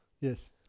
Yes